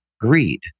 greed